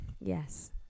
Yes